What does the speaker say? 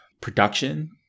production